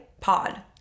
pod